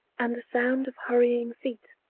and the sound of hurrying feet,